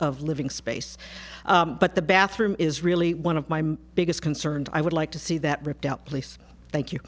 of living space but the bathroom is really one of my biggest concerns i would like to see that ripped out place thank you